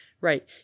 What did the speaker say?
right